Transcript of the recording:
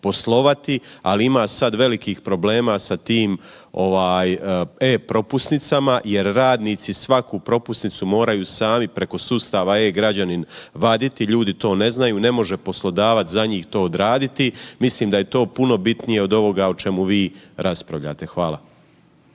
ali ima sad velikih problema sa tim ovaj e-propusnicama jer radnici svaku propusnicu moraju sami preko sustava e-građanin vaditi, ljudi to ne znaju, ne može poslodavac za njih to odraditi, mislim da je to puno bitnije od ovoga o čemu vi raspavljate. Hvala.